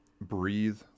breathe